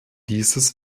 dieses